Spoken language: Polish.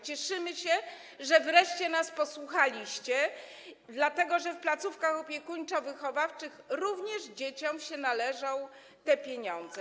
Cieszymy się, że wreszcie nas posłuchaliście, dlatego że w placówkach opiekuńczo-wychowawczych również dzieciom się należą te pieniądze.